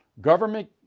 Government